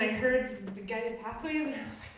heard the guided pathway